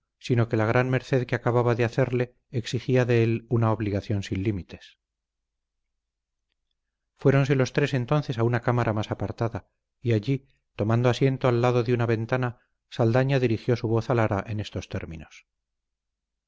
sino que la gran merced que acababa de hacerle exigía de él una obligación sin límites fuéronse los tres entonces a una cámara más apartada y allí tomando asiento al lado de una ventana saldaña dirigió su voz a lara en estos términos